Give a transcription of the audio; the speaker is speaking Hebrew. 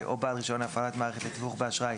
או בעל רישיון להפעלת מערכת לתיווך באשראי,